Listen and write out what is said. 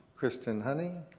kristen honey.